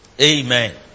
Amen